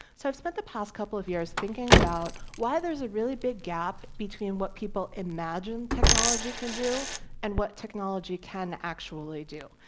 so, i've spent the past couple of years thinking about why there's a really big gap between what people imagine technology can do and what technology can actually do.